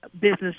business